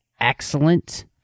excellent